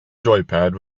joypad